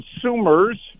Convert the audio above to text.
consumers